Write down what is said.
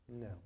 no